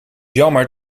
jammer